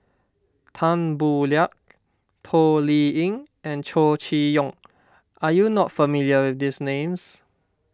Tan Boo Liat Toh Liying and Chow Chee Yong are you not familiar with these names